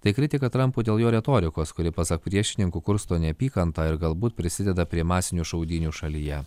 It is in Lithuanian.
tai kritika trampui dėl jo retorikos kuri pasak priešininkų kursto neapykantą ir galbūt prisideda prie masinių šaudynių šalyje